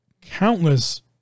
countless